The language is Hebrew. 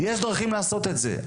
יש דרכים לעשות את זה.